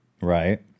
right